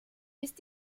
ist